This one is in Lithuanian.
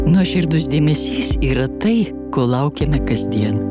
nuoširdus dėmesys yra tai ko laukiame kasdien